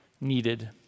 needed